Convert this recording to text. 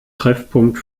treffpunkt